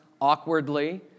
awkwardly